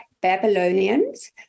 Babylonians